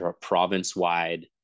province-wide